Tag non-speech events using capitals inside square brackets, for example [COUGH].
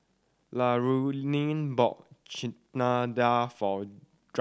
Laraine bought Chana Dal for [UNINTELLIGIBLE]